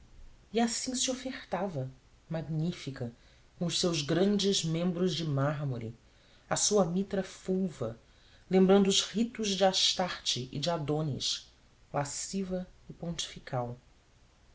se ofertava magnífica com os seus grandes membros de mármore a sua mitra fulva lembrando os ritos de astarté e de adônis lasciva e pontifical